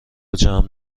جمع